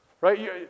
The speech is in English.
Right